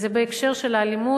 זה בהקשר של האלימות,